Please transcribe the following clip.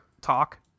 talk